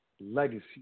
legacy